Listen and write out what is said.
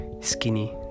skinny